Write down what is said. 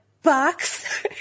Box